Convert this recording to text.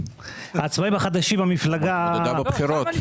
היא התמודדה בבחירות האחרונות.